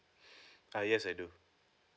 uh yes I do